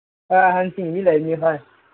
ꯍꯣꯏ ꯑꯍꯟꯁꯤꯡꯗꯤ ꯂꯩꯕꯅꯤ ꯍꯣꯏ